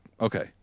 okay